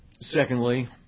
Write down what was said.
Secondly